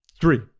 Three